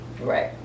Right